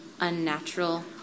unnatural